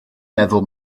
meddwl